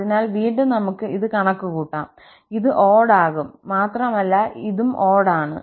അതിനാൽ വീണ്ടും നമുക് ഇത് കണക്കുകൂട്ടാം ഇത് ഓട് ആകും മാത്രമല്ല ഇതും ഓട് ആണ്